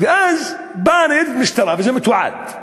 ואז באה ניידת משטרה, וזה מתועד,